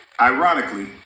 Ironically